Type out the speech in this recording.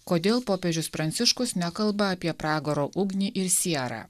kodėl popiežius pranciškus nekalba apie pragaro ugnį ir sierą